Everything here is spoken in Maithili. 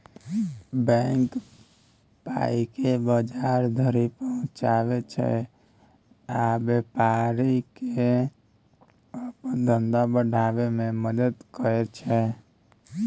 बैंक पाइकेँ बजार धरि पहुँचाबै छै आ बेपारीकेँ अपन धंधा बढ़ाबै मे मदद करय छै